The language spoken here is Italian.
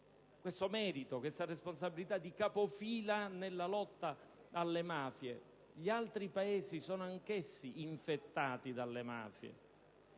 il merito, la responsabilità di capofila nella lotta alle mafie. Gli altri Paesi sono anch'essi infettati dalle mafie,